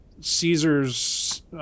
Caesar's